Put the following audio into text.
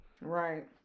Right